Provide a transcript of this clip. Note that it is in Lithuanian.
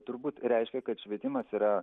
turbūt reiškia kad švietimas yra